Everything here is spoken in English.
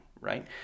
right